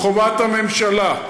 זאת חובת הממשלה.